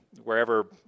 wherever